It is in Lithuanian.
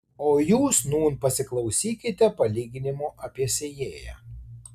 o jūs nūn pasiklausykite palyginimo apie sėjėją